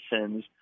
sins